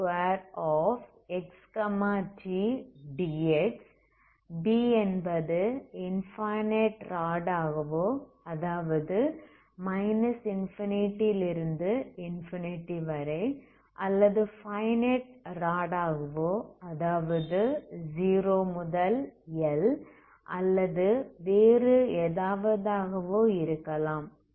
B என்பது infinite rod ஆகவோ அதாவது மைனஸ் இன்ஃபினிட்டி ல் இருந்து இன்ஃபினிட்டி வரை அல்லது ஃபனைட் ராட் ஆகவோ அதாவது 0 முதல் L அல்லது வேறு ஏதாவதாகவோ இருக்கலாம்